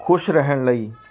ਖੁਸ਼ ਰਹਿਣ ਲਈ